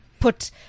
put